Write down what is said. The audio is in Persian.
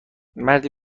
مردی